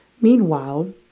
Meanwhile